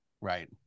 Right